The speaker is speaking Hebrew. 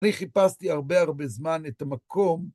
אני חיפשתי הרבה הרבה זמן את המקום.